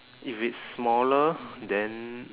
if it's smaller then